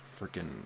freaking